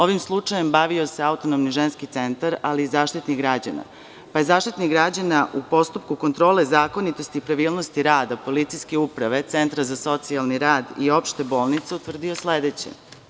Ovim slučajem bavio se Autonomni ženski centar, ali i Zaštitnik građana, pa je Zaštitnik građana u postupku kontrole zakonitosti i pravilnosti rada policijske uprave, Centra za socijalni rad i opšte bolnice utvrdio sledeće.